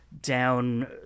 down